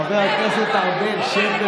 חבר הכנסת ארבל, שב.